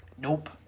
Nope